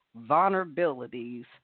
vulnerabilities